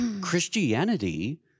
Christianity